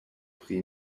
pri